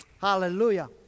Hallelujah